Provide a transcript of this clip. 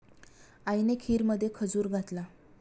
आईने खीरमध्ये खजूर घातला